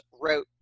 wrote